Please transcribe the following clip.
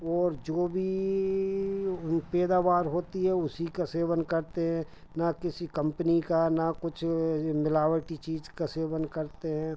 और जो भी पैदावार होती है उसी का सेवन करते हैं ना किसी कम्पनी का ना कुछ यह मिलावटी चीज़ का सेवन करते हैं